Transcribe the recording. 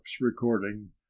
recording